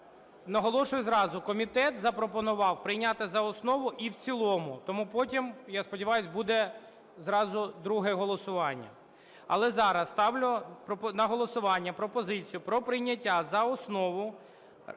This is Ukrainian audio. Наголошую зразу: комітет запропонував прийняти за основу і в цілому, тому потім, я сподіваюсь, буде зразу друге голосування. Але зараз ставлю на голосування пропозицію про прийняття за основу